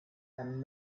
and